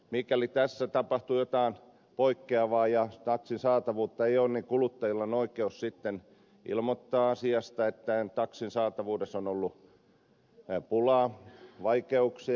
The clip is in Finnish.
mikäli tässä tapahtuu jotain poikkeavaa ja taksin saatavuutta ei ole kuluttajalla on oikeus sitten ilmoittaa asiasta että taksin saatavuudessa on ollut pulaa vaikeuksia